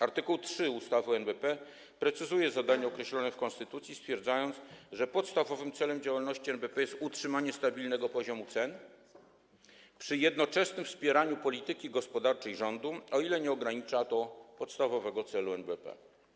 Art. 3 ustawy o NBP precyzuje zadania określone w konstytucji, stwierdzając: „Podstawowym celem działalności NBP jest utrzymanie stabilnego poziomu cen, przy jednoczesnym wspieraniu polityki gospodarczej Rządu, o ile nie ogranicza to podstawowego celu NBP”